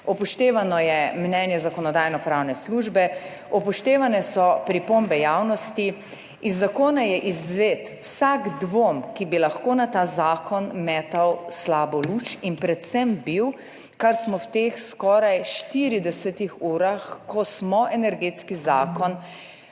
upoštevano je mnenje Zakonodajno-pravne službe, upoštevane so pripombe javnosti. Iz zakona je izvzet vsak dvom, ki bi lahko na ta zakon metal slabo luč in predvsem bil, kar smo v teh skoraj 40 urah, ko smo energetski zakon